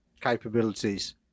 capabilities